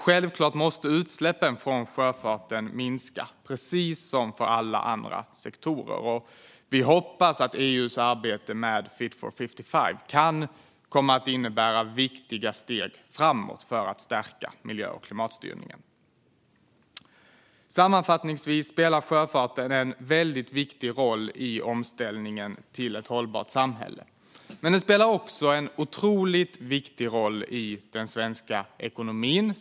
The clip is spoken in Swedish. Självklart måste utsläppen från sjöfarten minska, precis som för alla andra sektorer. Vi hoppas att EU:s arbete med Fit for 55 kan komma att innebära viktiga steg framåt för att stärka miljö och klimatstyrningen. Sammanfattningsvis spelar sjöfarten en väldigt viktig roll i omställningen till ett hållbart samhälle, men den spelar även en otroligt viktig roll i den svenska ekonomin.